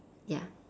ya